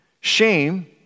Shame